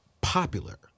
popular